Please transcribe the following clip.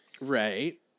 Right